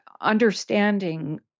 understanding